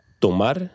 Tomar